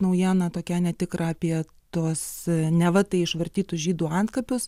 naujieną tokią netikrą apie tuos neva tai išvartytus žydų antkapius